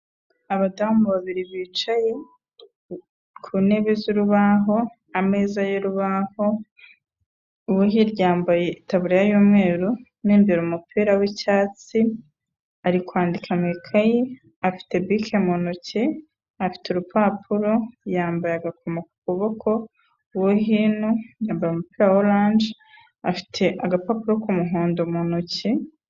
Abadamu babiri bicaye ku ntebe z'urubaho, ameza y'urubaho, uwo hirya yambaye itaburiya y'umweru mo imbere umupira w'icyatsi ari kwandika mu ikayi, afite bike mu ntoki, afite urupapuro, yambaye agakomo mu kuboko, uwo hino yambaye umupira wa oranje, afite agapapuro k'umuhondo mu ntoki.